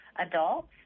adults